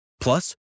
Plus